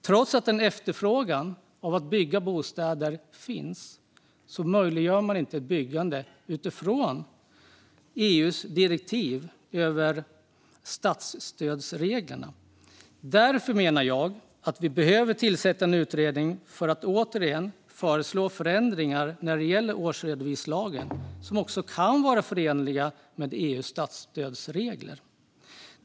Trots att en efterfrågan på att bygga bostäder finns möjliggör man inte ett byggande utifrån EU:s direktiv för statsstödsreglerna. Därför menar jag att vi behöver tillsätta en utredning för att återigen föreslå förändringar när det gäller årsredovisningslagen som kan vara förenliga med EU:s statsstödsregler.